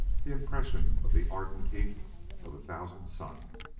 the impression of the ardent heat of a thousand suns.